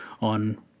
on